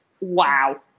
wow